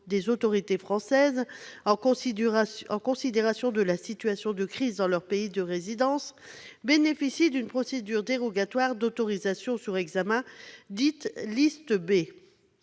des autorités françaises en considération de la situation de crise dans leur pays de résidence bénéficient d'une procédure dérogatoire d'autorisation sur examen, dite de la liste B :